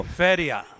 feria